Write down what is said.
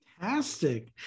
Fantastic